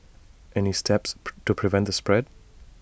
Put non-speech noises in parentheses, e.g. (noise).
any steps (unintelligible) to prevent the spread